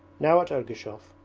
now at ergushov,